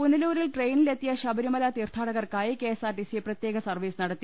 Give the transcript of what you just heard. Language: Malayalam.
പുന്ലൂരിൽ ട്രെയിനിലെ ത്തിയ ശബരിമല തീർഥാടകർക്കായി കെഎസ്ട്ആർടിസി പ്രത്യേക സർവീസ് നടത്തി